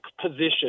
position